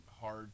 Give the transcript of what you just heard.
hard